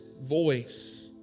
voice